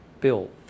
Bill